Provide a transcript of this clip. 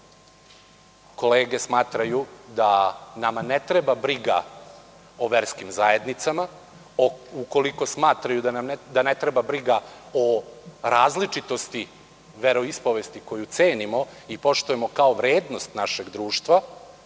kolege smatraju da nama ne treba briga o verskim zajednicama, ukoliko smatraju da ne treba briga o različitosti veroispovesti, koju cenimo i poštujemo kao vrednost našeg društva,